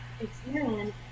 experience